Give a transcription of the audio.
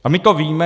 A my to víme.